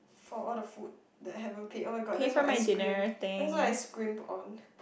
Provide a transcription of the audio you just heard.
for all the food that I haven't paid oh-my-god that's what I scrimp that's what I scrimp on